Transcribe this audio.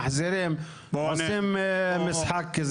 מחזירים ועושים משחק.